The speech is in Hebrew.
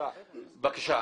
בבקשה,